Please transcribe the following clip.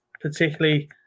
particularly